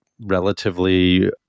relatively